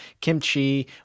kimchi